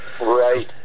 Right